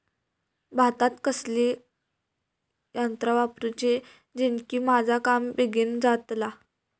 भातात कसली यांत्रा वापरुची जेनेकी माझा काम बेगीन जातला?